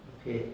okay